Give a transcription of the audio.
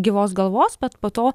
gyvos galvos bet po to